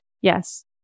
yes